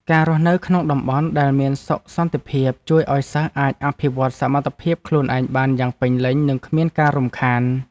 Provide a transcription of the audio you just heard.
ការរស់នៅក្នុងតំបន់ដែលមានសុខសន្តិភាពជួយឱ្យសិស្សអាចអភិវឌ្ឍសមត្ថភាពខ្លួនឯងបានយ៉ាងពេញលេញនិងគ្មានការរំខាន។